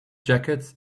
jackets